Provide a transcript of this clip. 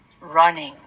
Running